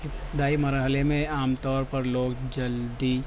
ابتدائی مرحلے میں عام طور پر لوگ جلدی